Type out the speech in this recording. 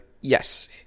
yes